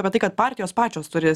apie tai kad partijos pačios turi